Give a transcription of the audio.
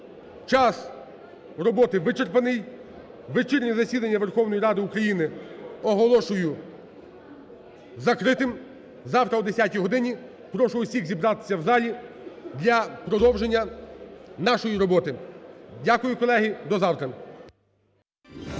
Час роботи вичерпаний. Вечірнє засідання Верховної Ради України оголошую закритим. Завтра о 10 годині прошу всіх зібратися в залі для продовження нашої роботи. Дякую, колеги. До завтра.